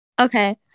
Okay